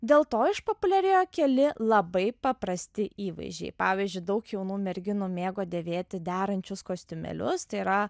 dėl to išpopuliarėjo keli labai paprasti įvaizdžiai pavyzdžiui daug jaunų merginų mėgo dėvėti derančius kostiumėlius tai yra